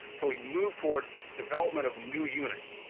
so we moved toward development of new units.